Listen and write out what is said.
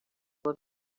will